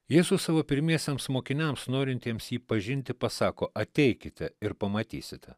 jėzus savo pirmiesiems mokiniams norintiems jį pažinti pasako ateikite ir pamatysite